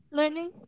Learning